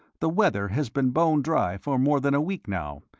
the weather has been bone dry for more than a week now,